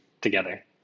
together